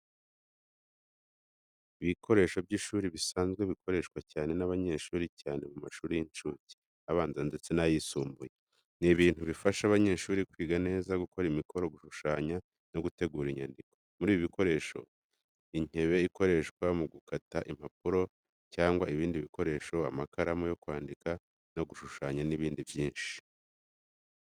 Ibikoresho by’ishuri bisanzwe bikoreshwa cyane n’abanyeshuri cyane mu mashuri y'incuke, abanza ndetse n’ayisumbuye. Ni ibintu bifasha abanyeshuri kwiga neza gukora imikoro gushushanya no gutegura inyandiko. Muri ibi bikoresho, inkebe ikoreshwa mu gukata impapuro cyangwa ibindi bikoresho, amakaramu yo kwandika na yo gushushanya n'ibindi byinshi.